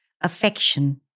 affection